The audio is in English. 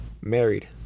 married